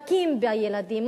מכים את הילדים,